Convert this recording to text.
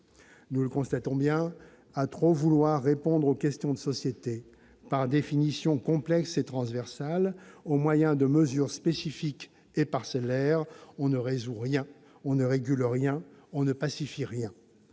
Nous le constatons bien, à trop vouloir répondre aux questions de société, par définition complexes et transversales, au moyen de mesures spécifiques et parcellaires, on ne résout rien, on ne régule rien, on ne pacifie rien.